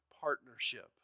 partnership